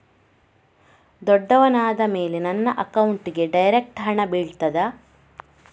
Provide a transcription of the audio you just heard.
ದೊಡ್ಡವನಾದ ಮೇಲೆ ನನ್ನ ಅಕೌಂಟ್ಗೆ ಡೈರೆಕ್ಟ್ ಹಣ ಬೀಳ್ತದಾ?